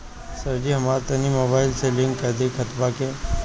सरजी हमरा तनी मोबाइल से लिंक कदी खतबा के